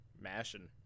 mashing